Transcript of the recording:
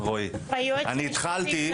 אני התחלתי,